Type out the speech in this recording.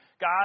God